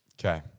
okay